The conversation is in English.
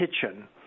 Kitchen